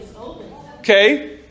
Okay